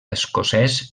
escocès